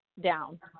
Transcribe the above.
down